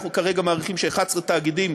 אנחנו כרגע מעריכים ש-11 תאגידים,